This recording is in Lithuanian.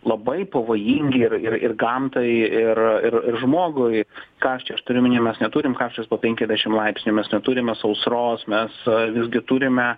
labai pavojingi ir ir ir gamtai ir ir ir žmogui ką aš čia aš turiu omeny mes neturim karščio po penkiasdešim laipsnių mes neturime sausros mes visgi turime